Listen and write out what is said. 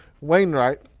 Wainwright